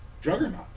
Juggernaut